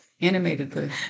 Animatedly